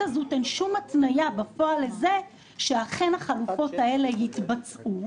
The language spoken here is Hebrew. הזאת אין שום התניה בפועל לזה שאכן החלופות האלה יתבצעו.